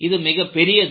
இது மிகப் பெரியது